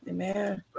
Amen